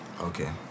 Okay